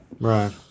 Right